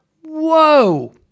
Whoa